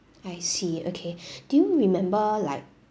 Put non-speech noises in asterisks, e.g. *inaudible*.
I see okay *breath* do you remember like